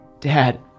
Dad